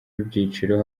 ibyiciro